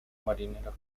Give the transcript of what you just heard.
marineros